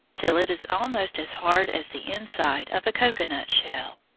till it is almost as hard as the inside of a cocoa-nut shell.